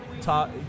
talk